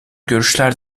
görüşler